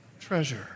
treasure